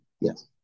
Yes